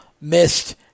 missed